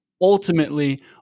ultimately